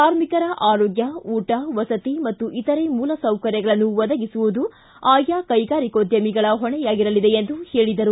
ಕಾರ್ಮಿಕರ ಆರೋಗ್ನ ಊಟ ವಸತಿ ಮತ್ತು ಇತರೆ ಮೂಲ ಸೌಕರ್ಯಗಳನ್ನು ಒದಗಿಸುವುದು ಆಯಾ ಕೈಗಾರಿಕೋದ್ಯಮಿಗಳ ಹೊಣೆಯಾಗಿರಲಿದೆ ಎಂದು ಹೇಳಿದರು